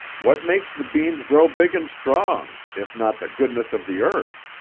what makes the beans grow big and strong, if not the goodness of the earth?